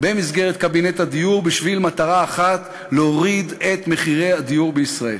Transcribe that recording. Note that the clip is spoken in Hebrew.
במסגרת קבינט הדיור בשביל מטרה אחת: להוריד את מחירי הדיור בישראל.